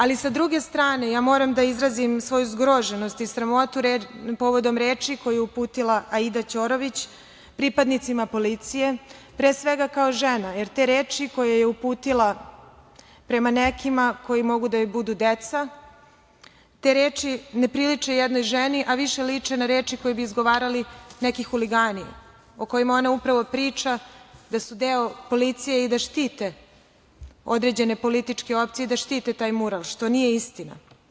Ali, sa druge strane, moram da izrazim svoju zgroženost i sramotu povodom reči koje je uputila Aida Ćorović pripadnicima policije, pre svega kao žena, jer te reči koje je uputila prema nekima koji mogu da joj budu deca, te reči ne priliče jednoj ženi, a više liče na reči koje bi izgovarali neki huligani, o kojima ona upravo priča da su deo policije i da štite određene političke opcije i da štite taj mural, što nije istina.